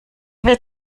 will